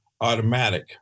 automatic